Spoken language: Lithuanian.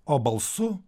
o balsu